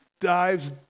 Dives